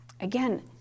again